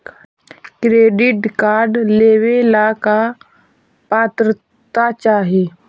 Credit card लेवेला का पात्रता चाही?